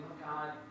God